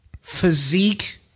physique